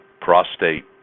prostate